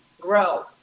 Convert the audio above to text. grow